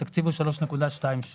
התקציב הוא 3.26 מיליארד שקל.